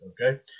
okay